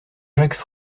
jacques